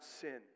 sin